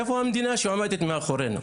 איפה המדינה שעומדת מאחורינו?